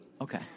Okay